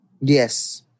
Yes